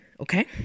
okay